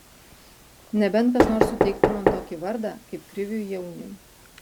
nebent kas nors suteiktų man tokį vardą kaip kriviui jauniui